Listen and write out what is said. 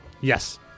yes